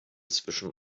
zwischen